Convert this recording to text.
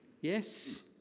Yes